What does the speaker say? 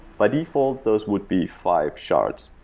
by default, those would be five shards.